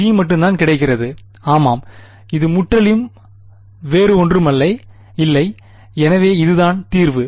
G மட்டும்தான் கிடைக்கிறது ஆமாம் அது முற்றிலும் வேறு ஒன்றும் இல்லை எனவே இதுதான் தீர்வு